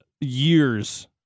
Years